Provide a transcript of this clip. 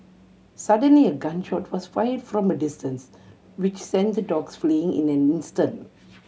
suddenly a gun shot was fired from a distance which sent the dogs fleeing in an instant